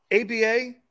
ABA